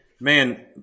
man